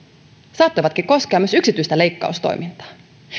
saattoivatkin koskea myös yksityistä leikkaustoimintaa